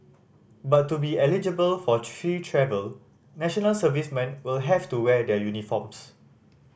but to be eligible for free travel national servicemen will have to wear their uniforms